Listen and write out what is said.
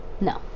No